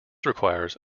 requires